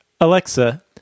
Alexa